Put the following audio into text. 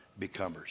becomers